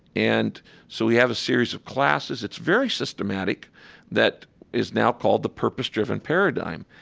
and so we have a series of classes it's very systematic that is now called the purpose-driven paradigm.